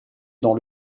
dans